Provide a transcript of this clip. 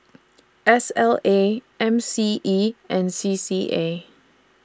S L A M C E and C C A